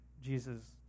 Jesus